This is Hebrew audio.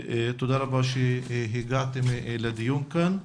תודה רבה שהגעתם לדיון כאן.